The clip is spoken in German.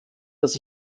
dass